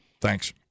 thanks